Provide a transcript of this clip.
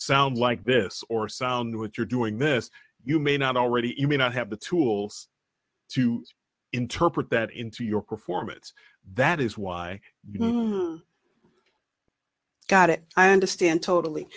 sound like this or sound or what you're doing this you may not already you may not have the tools to interpret that into your performance that is why you got it i understand